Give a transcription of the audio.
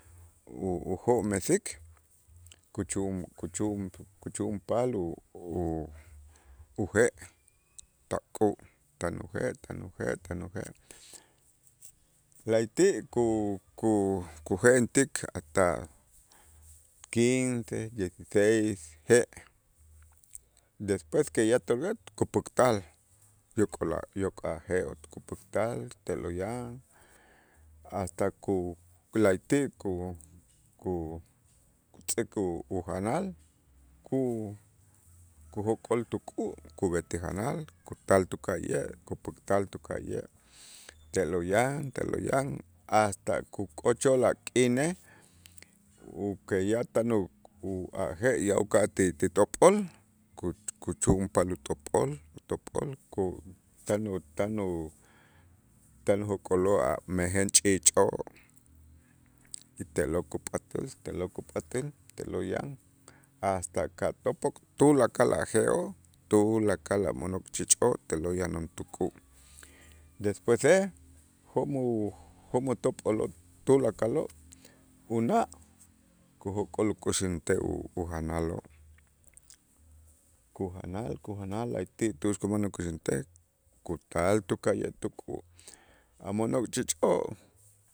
U- ujo'mesik kuchu'un- kuchu'un- kuchu'unpal u- u- uje' pak'ä' tan uje', tan uje', tan uje', la'ayti' ku- ku- kuje'entik a' tak quince, dieciseis je', despues que ya kup'äktal yok'ol a' yok' a' je'oo' kup'äktal te'lo' yan, hasta ku la'ayti' ku- ku- kutz'ik u- ujanal ku- kujok'ol tuk'ä' kub'etik janal kutal tuka'ye' kup'äktal tuka'ye' te'lo' yan te'lo' yan hasta ku- kuk'ochol a' k'inej u que yan tan u je' ti top'ol ku- kuchu'unpal utop'ol utop'ol ku tan u- tan u- tan ujok'oloo' a' mejen ch'iich'oo' y te'lo' kup'atäl, telo' kup'atäl, te'lo' yan hasta katop'ok tulakal a' je'oo' tulakal a' mo'nok ch'iich'oo' te'lo' yan utuk'u', despuese jo'mu- jo'mu top'oloo' tulakaloo' una' kujok'ol ukuxäntej u- ujanaloo' kujanal, kujanal la'ayti' tu'ux kuman ukuxäntej kutal tuka'ye' tuk'ä' a' mo'nok ch'iich'oo'